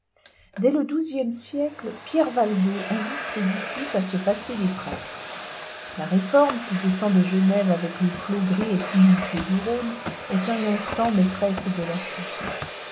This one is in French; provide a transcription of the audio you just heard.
dès le douzième siècle pierre valdo invite ses disciples à se passer des prêtres la réforme qui descend de genève avec les flots gris et tumultueux du rhône est un instant maîtresse de la cité